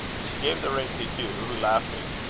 she gave the ring to hugh who, laughing,